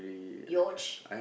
yatch